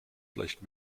vielleicht